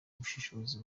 ubushishozi